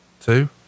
two